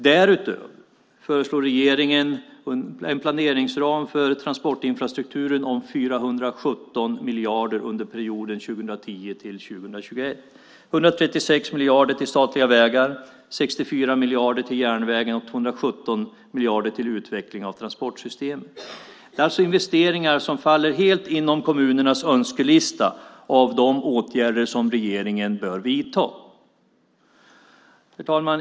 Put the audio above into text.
Därutöver föreslår regeringen en planeringsram för transportinfrastrukturen om 417 miljarder under perioden 2010-2021. 136 miljarder går till statliga vägar, 64 miljarder går till järnvägen och 217 miljarder går till utveckling av transportsystemet. Det är alltså investeringar som faller helt inom ramen för kommunernas önskelista om de åtgärder som regeringen bör vidta. Herr talman!